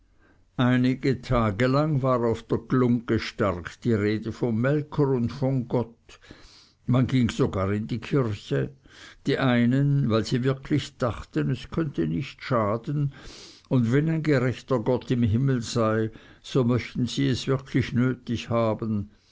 einige tage lang war auf der glungge stark die rede vom melker und von gott man ging sogar in die kirche die einen weil sie wirklich dachten es könne nicht schaden und wenn ein gerechter gott im himmel sei so möchten sie es wirklich nötig haben